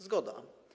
Zgoda.